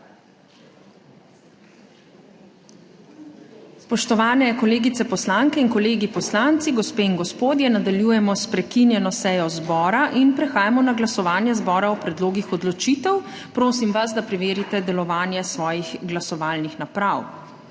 Spoštovani kolegice poslanke in kolegi poslanci, gospe in gospodje, nadaljujemo s prekinjeno sejo zbora. Prehajamo na glasovanje zbora o predlogih odločitev. Prosim vas, da preverite delovanje svojih glasovalnih naprav.